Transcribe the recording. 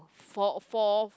four four